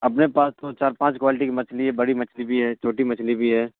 اپنے پاس تو چار پانچ کوالٹی کی مچھلی ہے بڑی مچھلی بھی ہے چھوٹی مچھلی بھی ہے